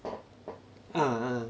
ah ah